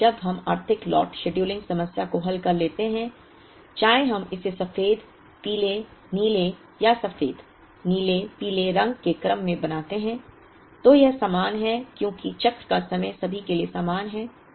एक बार जब हम आर्थिक लॉट शेड्यूलिंग समस्या को हल कर लेते हैं चाहे हम इसे सफेद पीले नीले या सफेद नीले पीले रंग के क्रम में बनाते हैं तो यह समान है क्योंकि चक्र का समय सभी के लिए समान है